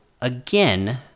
again